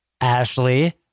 Ashley